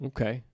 Okay